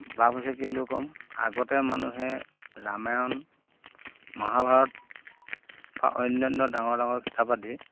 লাভ হৈছে কেলৈ ক'ম আগতে মানুহে ৰামায়ণ মহাভাৰত বা অন্যান্য ডাঙৰ ডাঙৰ কিতাপ আদি